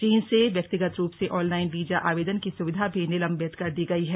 चीन से व्यक्तिगत रूप से ऑनलाइन वीजा आवेदन की सुविधा भी निलंबित कर दी गई है